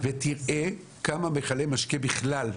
ותראה כמה מכלי משקה בכלל,